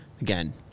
again